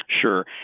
sure